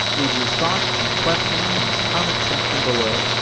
leave your thoughts and questions in the comments section below.